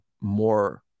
more